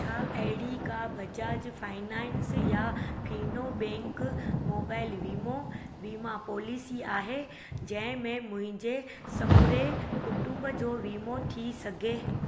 छा अहिड़ी का बजाज फाइनेंस या फीनो बैंक मोबाइल वीमो वीमा पॉलिसी आहे जहिं में मुंहिंजे समूरे कुटुंब जो वीमो थी सघे